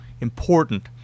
important